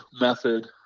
method